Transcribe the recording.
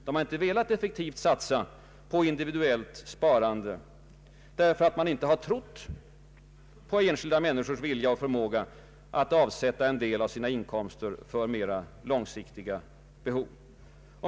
De har inte velat effektivt satsa på individuellt sparande, därför att man inte trott på enskilda människors vilja och förmåga att avsätta en del av sina inkomster för mera långsiktiga behov.